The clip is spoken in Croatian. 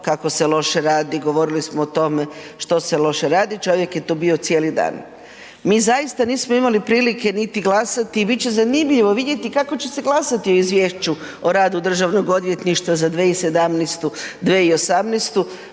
kako se loše radi, govorili smo o tome što se loše radi, čovjek je tu bio cijeli dan. Mi zaista nismo imali prilike niti glasati, bit će zanimljivo vidjeti kako će se glasati o izvješću o radu državnog odvjetništva za 2017., 2018.,